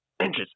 Inches